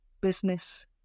business